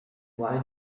why